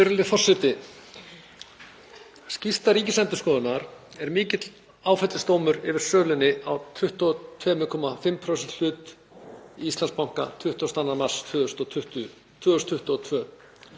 Skýrsla Ríkisendurskoðunar er mikill áfellisdómur yfir sölunni á 22,5% hlut í Íslandsbanka 22. mars 2022.